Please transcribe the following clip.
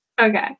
Okay